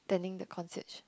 tending the concierge